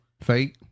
Fake